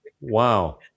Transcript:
Wow